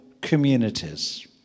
communities